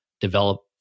develop